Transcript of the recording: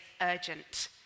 urgent